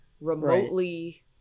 remotely